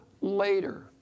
later